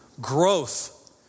growth